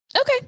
Okay